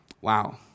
Wow